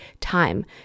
time